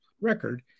record –